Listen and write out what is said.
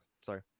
sorry